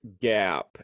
gap